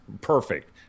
perfect